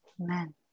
Amen